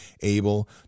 able